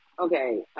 Okay